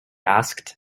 asked